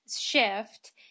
Shift